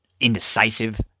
indecisive